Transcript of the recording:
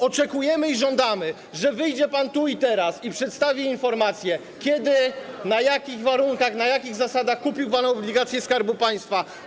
Oczekujemy i żądamy, że wyjdzie pan tu i teraz i przedstawi informację, kiedy, na jakich warunkach, na jakich zasadach kupił pan obligacje Skarbu Państwa.